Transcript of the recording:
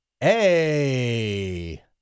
Hey